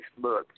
Facebook